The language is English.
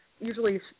usually